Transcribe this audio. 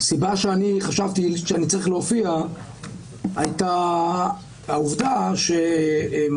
הסיבה שאני חשבתי שאני צריך להופיע הייתה העובדה שמרבים